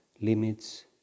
limits